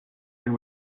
and